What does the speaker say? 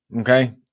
okay